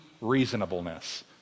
reasonableness